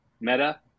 Meta